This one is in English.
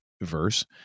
verse